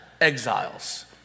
exiles